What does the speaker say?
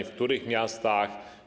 W których miastach?